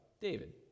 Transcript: David